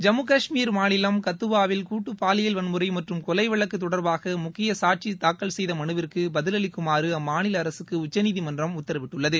ஜம்முகஷ்மீர் மாநிலம் கத்துவாவில் கூட்டு பாலியல் வன்முறை மற்றும் கொலைவழக்கு தொடர்பாக முக்கிய சாட்சி தாக்கல் செய்த மனுவிற்கு பதிலளிக்குமாறு அம்மாநில அரசுக்கு உச்சநீதிமன்றம் உத்தரவிட்டுள்ளது